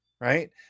right